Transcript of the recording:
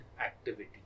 activity